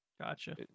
Gotcha